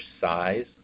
size